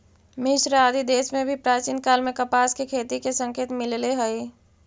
मिस्र आदि देश में भी प्राचीन काल में कपास के खेती के संकेत मिलले हई